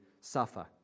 suffer